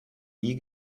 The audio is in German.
wie